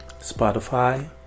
Spotify